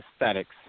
aesthetics